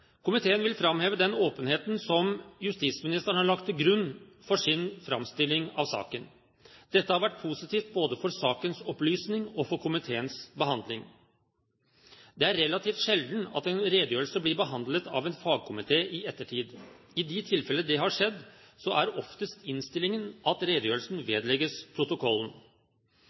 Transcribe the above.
Komiteen vil framheve den åpenheten som justisministeren har lagt til grunn for sin framstilling av saken. Dette har vært positivt både for sakens opplysning og for komiteens behandling. Det er relativt sjelden at en redegjørelse blir behandlet av en fagkomité i ettertid. I de tilfellene det har skjedd, er oftest innstillingen at redegjørelsen vedlegges protokollen.